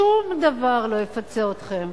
שום דבר לא יפצה אתכם.